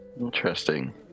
Interesting